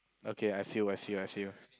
okay I feel I feel I feel